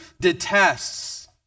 detests